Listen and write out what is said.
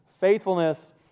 faithfulness